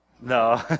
No